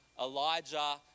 Elijah